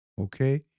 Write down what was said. okay